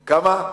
כמה?